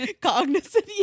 Cognizant